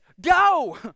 go